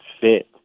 fit